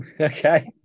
okay